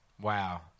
Wow